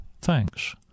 thanks